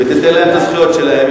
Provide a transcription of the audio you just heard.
ותיתן להם את הזכויות שלהם,